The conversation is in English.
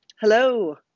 Hello